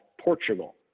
Portugal